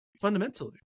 fundamentally